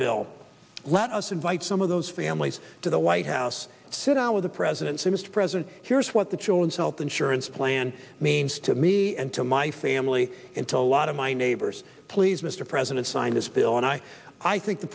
ville let us invite some of those families to the white house sit down with the president mr president here's what the children's health insurance plan means to me and to my family into a lot of my neighbors please mr president sign this bill and i i think the